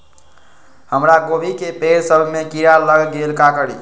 हमरा गोभी के पेड़ सब में किरा लग गेल का करी?